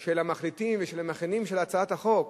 של המחליטים ושל המכינים של הצעת החוק?